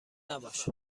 نباش